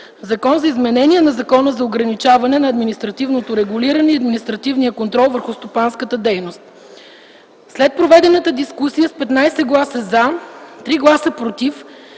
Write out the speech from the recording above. „Закон за изменение на Закона за ограничаване на административното регулиране и административния контрол върху стопанската дейност”. След проведената дискусия, с 15 гласа „за”, 3 гласа „против”